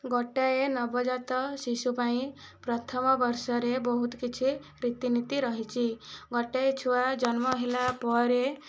ଗୋଟାଏ ନବଜାତ ଶିଶୁ ପାଇଁ ପ୍ରଥମ ବର୍ଷରେ ବହୁତ କିଛି ରୀତିନୀତି ରହିଛି ଗୋଟାଏ ଛୁଆ ଜନ୍ମ ହେଲା ପରେ